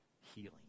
healing